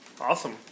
Awesome